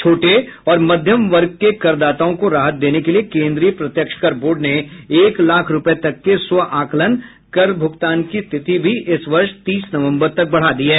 छोटे और मध्यम वर्ग के कर दाताओं को राहत देने के लिए केन्द्रीय प्रत्यक्ष कर बोर्ड ने एक लाख रुपये तक के स्व आंकलन कर भूगतान की तिथि भी इस वर्ष तीस नवंबर तक बढ़ा दी है